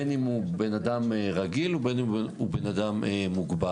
בין אם הוא בן אדם רגיל ובין אם הוא בן אדם מוגבל.